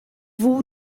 woe